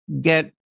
get